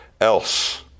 Else